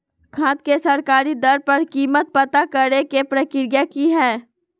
खाद के सरकारी दर पर कीमत पता करे के प्रक्रिया की हय?